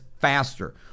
faster